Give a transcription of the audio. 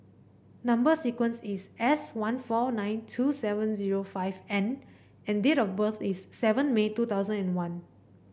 number sequence is S one four nine two seven zero five N and date of birth is seven May two thousand and one